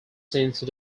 since